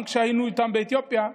גם כשהיינו איתם באתיופיה,